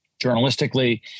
journalistically